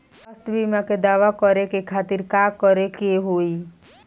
स्वास्थ्य बीमा के दावा करे के खातिर का करे के होई?